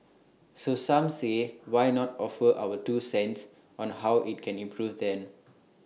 so some say why not offer our two cents on how IT can improve then